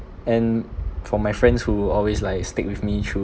and for my friends who always like stick with me through